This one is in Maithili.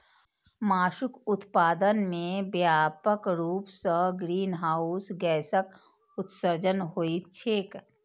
मासुक उत्पादन मे व्यापक रूप सं ग्रीनहाउस गैसक उत्सर्जन होइत छैक